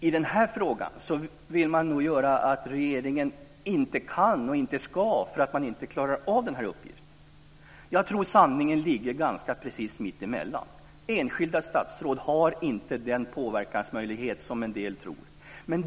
I den här frågan vill man göra gällande att regeringen inte kan och inte ska eftersom man inte klarar av den här uppgiften. Jag tror att sanningen ligger ganska precis mittemellan. Enskilda statsråd har inte den påverkansmöjlighet som en del tror.